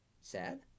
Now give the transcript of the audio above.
Sad